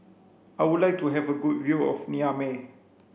I would like to have a good view of Niamey